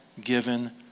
given